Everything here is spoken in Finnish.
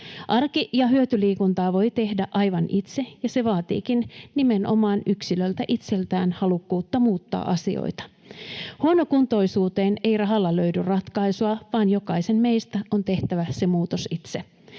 Arki- ja hyötyliikuntaa voi tehdä aivan itse, ja se vaatiikin nimenomaan yksilöltä itseltään halukkuutta muuttaa asioita. Huonokuntoisuuteen ei rahalla löydy ratkaisua, vaan jokaisen meistä on tehtävä se muutos itse.